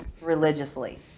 religiously